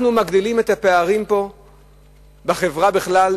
אנחנו מגדילים את הפערים פה בחברה בכלל,